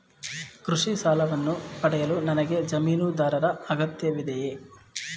ಕೃಷಿ ಸಾಲವನ್ನು ಪಡೆಯಲು ನನಗೆ ಜಮೀನುದಾರರ ಅಗತ್ಯವಿದೆಯೇ?